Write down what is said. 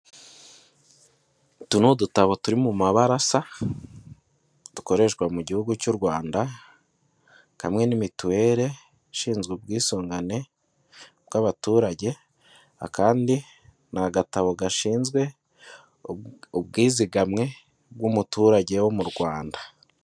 Utu ni udutabo turi mu mabara asa, dukoreshwa mu gihugu cy'u Rwanda, kamwe ni mituwere ishinzwe ubwisungane bw'abaturage, akandi ni agatabo gashinzwe ubwizigame bw'umuturage wo mu Rwanda.